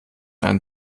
einen